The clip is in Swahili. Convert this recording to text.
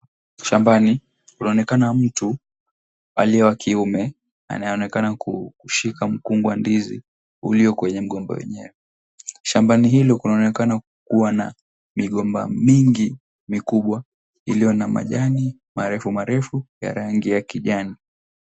Shambani, inaonekana mtu aliye wa kiume anayeonekana kushika mkungu wa ndizi ulio kwenye mgomba wenyewe. Shambani hilo kunaonekana kuwa na migomba mingi mikubwa iliyo na majani marefu marefu ya rangi ya kijani.